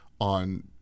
on